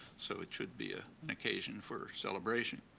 so it should be ah an occasion for celebration.